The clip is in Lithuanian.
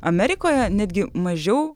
amerikoje netgi mažiau